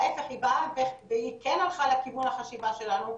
להיפך היא באה והיא כן הלכה לכיוון החשיבה שלנו,